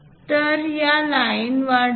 तर या लाईन वाढवू या